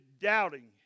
doubting